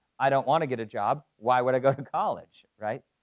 i don't wanna get a job, why would i go to college, right?